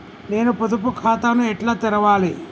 నేను పొదుపు ఖాతాను ఎట్లా తెరవాలి?